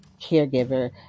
caregiver